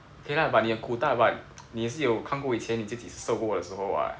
可以啦 but 你的骨大 but 你也是有看过以前你自己瘦过的时候 [what]